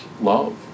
love